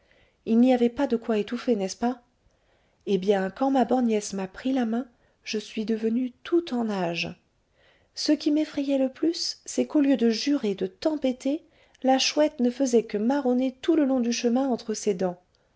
il n'y avait pas de quoi étouffer n'est-ce pas eh bien quand ma borgnesse m'a pris la main je suis devenue tout en nage ce qui m'effrayait le plus c'est qu'au lieu de jurer de tempêter sa chouette ne faisait que marronner tout le long du chemin entre ses dents